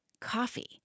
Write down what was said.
coffee